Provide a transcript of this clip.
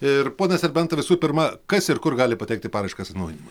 ir pone serbenta visų pirma kas ir kur gali pateikti paraiškas atnaujinimui